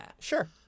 Sure